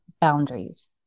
boundaries